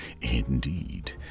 Indeed